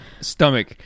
stomach